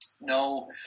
no